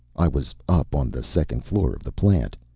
i was up on the second floor of the plant,